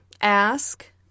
ask